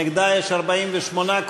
להלן: קבוצת סיעת הרשימה המשותפת.,